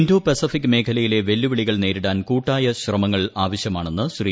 Indo Pacific മേഖലയിലെ വെല്ലുവിളികൾ നേരിടാൻ കൂട്ടായ ശ്രമങ്ങൾ ആവശ്യമാണെന്ന് ശ്രീ